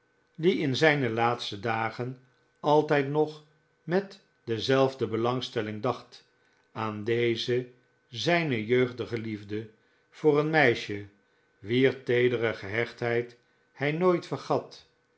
die in zijne laatste dagen altijd nog met dezelfde belangstelling dacht aan deze zijne jeugdige liefde voor een meisje wier teedere gehechtheid hij nooit vergat